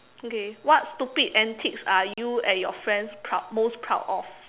okay what stupid antics are you and your friends proud most proud of